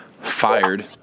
fired